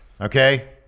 okay